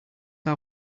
how